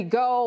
go